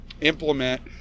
implement